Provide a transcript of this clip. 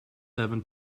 seven